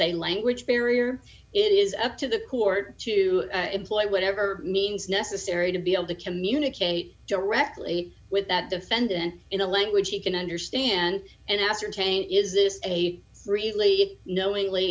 a language barrier it is up to the court to employ whatever means necessary to be able to communicate directly with that defendant in a language he can understand and ascertain is this a really knowingly